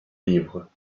livres